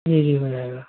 जी जी हो जाएगा